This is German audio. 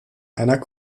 einer